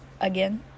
again